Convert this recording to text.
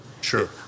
Sure